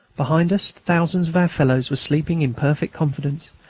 behind us thousands of our fellows were sleeping in perfect confidence,